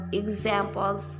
examples